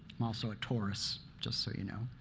i'm also a taurus, just so you know.